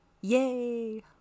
Yay